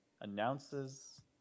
announces